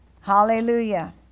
Hallelujah